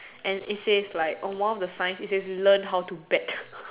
and it says like on one of the signs it says learn how to bet